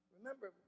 Remember